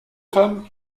femmes